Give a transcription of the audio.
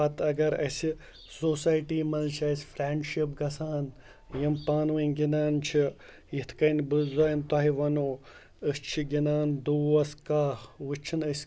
پَتہٕ اگر اَسہِ سوسایٹی منٛز چھِ اَسہِ فرٛٮ۪نٛڈشِپ گژھان یِم پانہٕ ؤنۍ گِنٛدان چھِ یِتھ کٔنۍ بہٕ زَنہٕ تۄہہِ وَنو أسۍ چھِ گِنٛدان دوس کاہہ وُ چھِںہٕ أسۍ